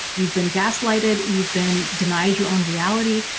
you've been gaslighted, you've been denied your own reality,